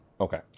Okay